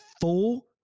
full